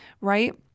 Right